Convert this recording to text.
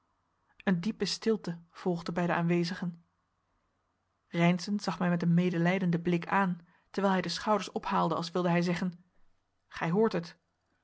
een diepe stilte volgde bij de aanwezigen reynszen zag mij met een medelijdenden blik aan terwijl hij de schouders ophaalde als wilde hij zeggen gij hoort het